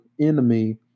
Enemy